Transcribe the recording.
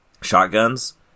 shotguns